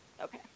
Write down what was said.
Okay